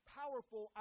powerful